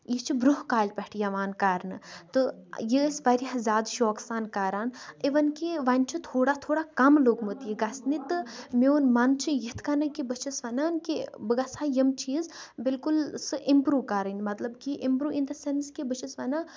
یہِ چھُ برۄنہہ کالہِ پٮ۪ٹھ یِوان کرنہٕ تہٕ یہِ ٲسۍ واریاہ زیادٕ شوقہٕ سان کران اِوٕن کہِ وۄنۍ چھِ تھوڑا تھوڑا کَم لوٚگمُت یہِ گژھنہِ تہٕ میون من چھُ یِتھۍ کٔنہٕ کہِ بہٕ چھَس وَنان کہِ بہٕ گژھ ہا یِم چیٖز بالکُل سُہ اِمپروو کَرٕنۍ مطلب کہِ اِمپروو اِن دَ سینس کہِ بہٕ چھَس وَنان